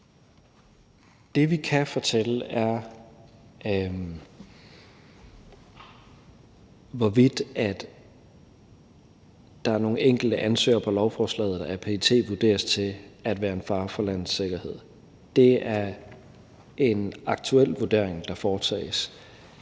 Det, vi kan fortælle, er, hvorvidt der er nogle enkelte ansøgere på lovforslaget, der af PET vurderes til at være en fare for landets sikkerhed. Det er en aktuel vurdering, der foretages.